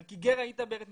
כי גר היית בארץ מצרים.